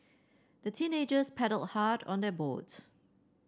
the teenagers paddled hard on their boat